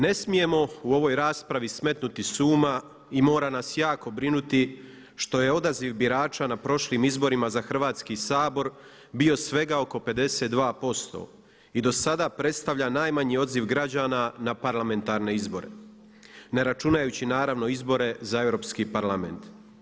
Ne smijemo u ovoj raspravi smetnuti s uma i mora nas jako brinuti što je odaziv birača na prošlim izborima za Hrvatski sabor bio svega oko 52% i do sada predstavlja najmanji odziv građana na parlamentarne izbore, ne računajući naravno izbore za Europski parlament.